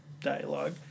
dialogue